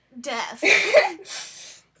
death